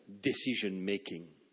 decision-making